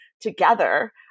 together